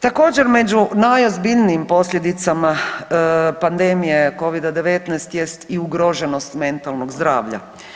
Također, među najozbiljnijim posljedicama pandemije Covida-19 jest i ugroženost mentalnog zdravlja.